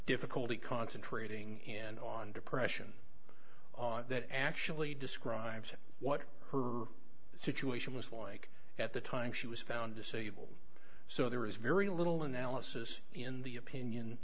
difficulty concentrating and on depression on that actually describes what her situation was like at the time she was found disabled so there is very little analysis in the opinion